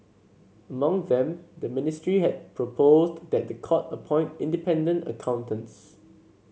among them the ministry had proposed that the court appoint independent accountants